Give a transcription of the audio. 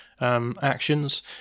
Actions